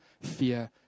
fear